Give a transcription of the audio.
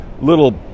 little